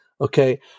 okay